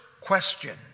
question